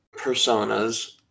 personas